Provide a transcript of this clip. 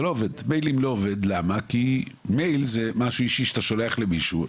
מיילים לא עובד כי מייל זה משהו אישי שאתה שולח למישהו,